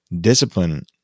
discipline